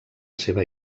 seva